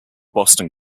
boston